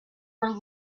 were